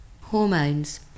Hormones